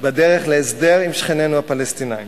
בדרך להסדר עם שכנינו הפלסטינים.